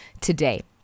today